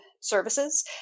services